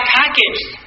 packaged